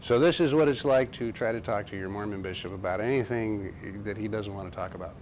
so this is what it's like to try to talk to your mormon bishop about anything that he doesn't want to talk about